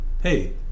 hey